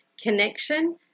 connection